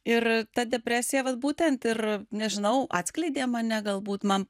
ir ta depresija vat būtent ir nežinau atskleidė mane galbūt man